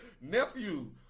nephew